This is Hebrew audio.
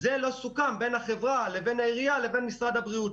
לא סוכם בין החברה לבין העירייה לבין משרד הבריאות.